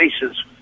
faces